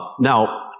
Now